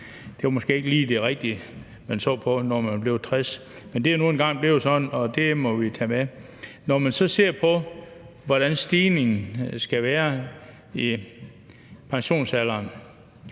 Det var måske ikke lige det rigtige, man så på, men det er nu engang blevet sådan, og det må vi tage med. Når man ser på, hvordan stigningen skal være i pensionsalderen